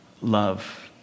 love